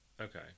Okay